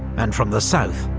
and from the south,